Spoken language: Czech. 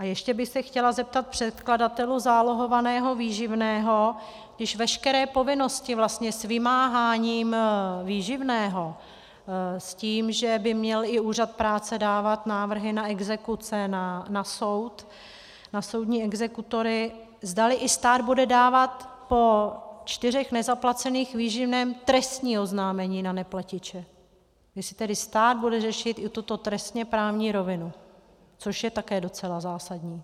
A ještě bych se chtěla zeptat předkladatelů zálohovaného výživného, když veškeré povinnosti vlastně s vymáháním výživného, s tím, že by měl i úřad práce dávat návrhy na exekuce, na soud, na soudní exekutory, zdali i stát bude dávat po čtyřech nezaplacených výživných trestní oznámení na neplatiče, jestli tedy stát bude řešit i tuto trestněprávní rovinu, což je také docela zásadní.